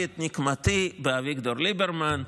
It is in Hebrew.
נקמתי את נקמתי באביגדור ליברמן.